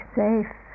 safe